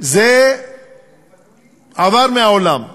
זה עבר מהעולם.